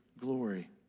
glory